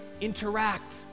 interact